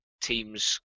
team's